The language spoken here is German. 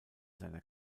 seiner